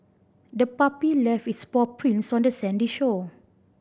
the puppy left its paw prints on the sandy shore